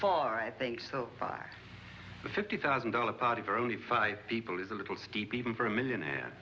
four i think so far the fifty thousand dollar party for only five people is a little steep even for a millionaire